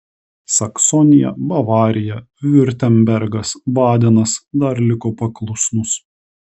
saksonija bavarija viurtembergas badenas dar liko paklusnūs